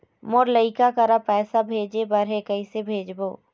मोर लइका करा पैसा भेजें बर हे, कइसे भेजबो?